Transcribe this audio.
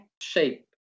shape